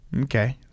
Okay